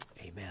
Amen